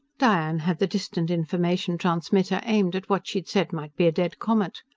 diane had the distant-information transmitter aimed at what she'd said might be a dead comet.